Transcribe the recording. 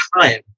time